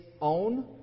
own